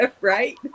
Right